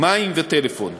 מים וטלפון.